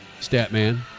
Statman